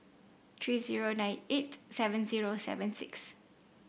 three zero nine eight seven zero seven six